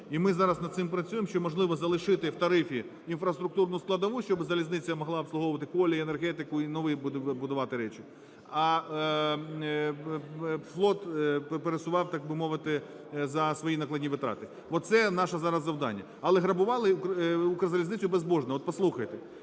І ми зараз над цим працюємо, чи можливо залишити в тарифі інфраструктурну складову, щоб залізниця могла обслуговувати колії, енергетику і нові будувати речі, а флот пересував, так би мовити, за свої накладні витрати. Оце наше зараз завдання. Але грабували "Укрзалізницю" безбожно, от послухайте.